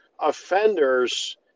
Offenders